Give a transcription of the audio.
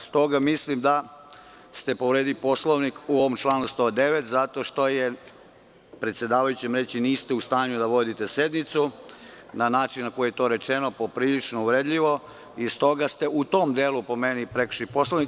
Stoga mislim da ste povredili Poslovnik u članu 109. zato što je predsedavajućem reći – niste u stanju da vodite sednicu na način na koji je to rečeno poprilično uvredljivo i u tom delu ste po meni prekršili Poslovnik.